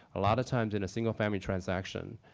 a lot of times in a single-family transaction